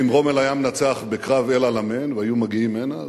ואם רומל היה מנצח בקרב אל-עלמיין והיו מגיעים הנה,